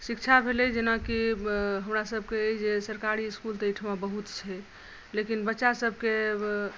शिक्षा भेलै जेनाकि हमरा सबकेँ जे सरकारी इसकुल तऽ एहिठमा बहुत छै लेकिन बच्चा सबकेँ